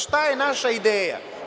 Šta je naša ideja?